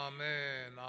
Amen